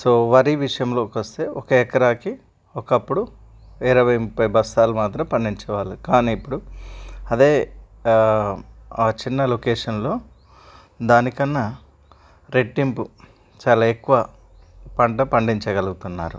so వరి విషయంలోకి వస్తే ఒక ఎకరాకి ఒకప్పుడు ఇరవై ముప్పై బస్తాలు మాత్రం పండించేవాళ్ళు కానీ ఇప్పుడు కానీ ఇప్పుడు అదే చిన్న లొకేషన్లో దానికన్నా రెట్టింపు చాలా ఎక్కువ పంట పండించగలుగుతున్నారు